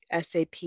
sap